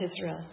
Israel